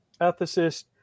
ethicist